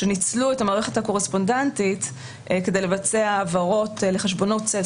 שניצלו את המערכת הקורספונדנטית כדי לבצע העברות לחשבונות צל.